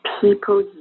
people